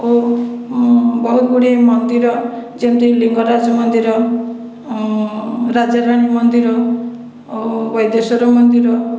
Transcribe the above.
ଓ ବହୁତ ଗୁଡ଼ିଏ ମନ୍ଦିର ଯେମିତି ଲିଙ୍ଗରାଜ ମନ୍ଦିର ରାଜାରାଣୀ ମନ୍ଦିର ବୈଦେଶ୍ଵର ମନ୍ଦିର